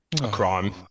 crime